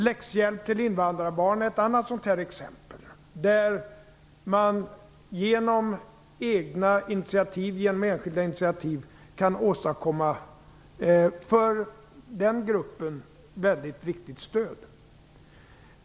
Läxhjälp till invandrarbarn är ett annat exempel där man genom enskilda initiativ kan åstadkomma ett för den gruppen väldigt viktigt stöd.